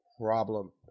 problem